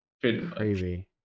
Crazy